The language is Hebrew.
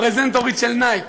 הפרזנטורית של "נייק",